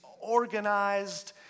organized